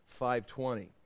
520